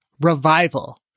revival